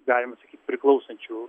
galim sakyti priklausančių